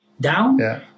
down